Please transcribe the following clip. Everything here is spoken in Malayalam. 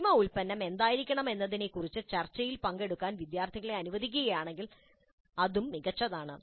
അന്തിമ ഉൽപ്പന്നം എന്തായിരിക്കണമെന്നതിനെക്കുറിച്ചുള്ള ചർച്ചയിൽ പങ്കെടുക്കാൻ വിദ്യാർത്ഥികളെ അനുവദിക്കുകയാണെങ്കിൽ അതും മികച്ചതാണ്